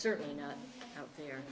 certainly not out here